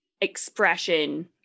expression